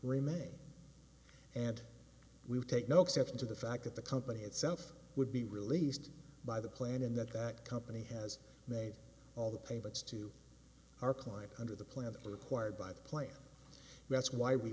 remains and we take no exception to the fact that the company itself would be released by the plan and that that company has made all the payments to our client under the plan that were acquired by the plan that's why we